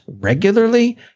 regularly